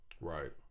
Right